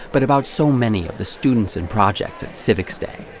but about so many of the students and projects at civics day.